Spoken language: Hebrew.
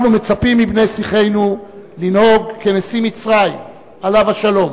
אנחנו מצפים מבני שיחנו לנהוג כנשיא מצרים עליו השלום,